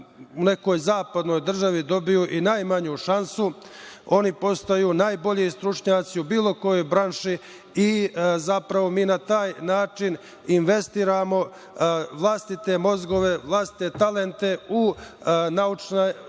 u nekoj zapadnoj državi dobiju i najmanju šansu, oni postaju najbolji stručnjaci u bilo kojoj branši i na taj način mi investiramo vlastite mozgove, vlastite talente u